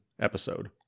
episode